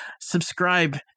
subscribe